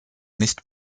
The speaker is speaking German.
nicht